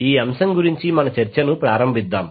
ఈ అంశం గురించి మన చర్చను ప్రారంభిద్దాం